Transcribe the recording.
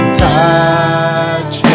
touch